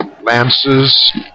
lances